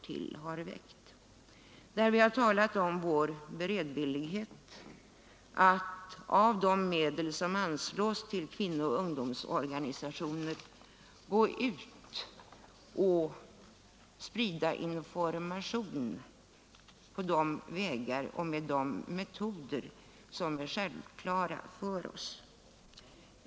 Vi har där talat om vår beredvillighet att av de medel som anslås till kvinnooch ungdomsorganisationer sprida information på de vägar och med de metoder som är självklara för oss.